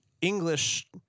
English